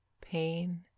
pain